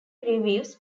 reviews